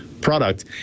product